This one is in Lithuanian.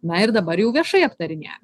na ir dabar jau viešai aptarinėjam